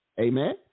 Amen